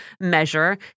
measure